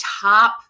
top